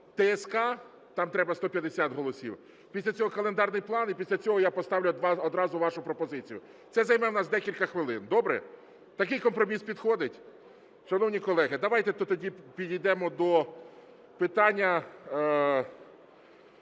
ТСК, там треба 150 голосів, після цього календарний план, і після цього я поставлю одразу вашу пропозицію. Це займе в нас декілька хвилин. Добре? Такий компроміс підходить? Шановні колеги, давайте тоді підійдемо до питання